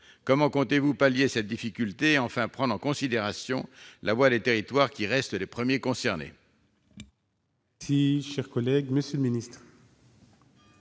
Comment comptez-vous pallier cette difficulté et enfin prendre en considération la voix des territoires, qui restent les premiers concernés ?